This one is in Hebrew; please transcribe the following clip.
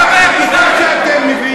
אתה לא מפסיק לדבר,